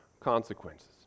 consequences